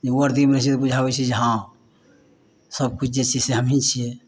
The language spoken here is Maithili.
जे वर्दीमे रहै छै बुझाबै छै जे हँ सबकिछु जे छियै से हमही छियै